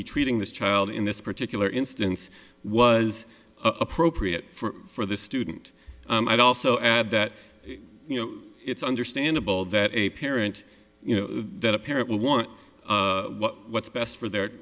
be treating this child in this particular instance was appropriate for the student i'd also add that you know it's understandable that a parent you know that a parent will want what's best for their